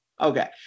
Okay